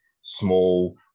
small